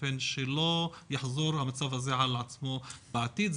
באופן שלא יחזור המצב הזה על עצמו בעתיד.